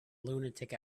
lunatic